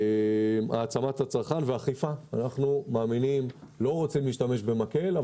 העצמת הצרכן ואכיפה אנחנו מאמינים אנחנו לא רוצים להשתמש במקל,